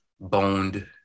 boned